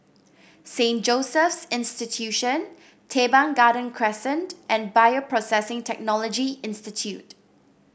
Saint Joseph's Institution Teban Garden Crescent and Bioprocessing Technology Institute